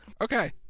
okay